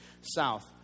south